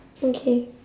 okay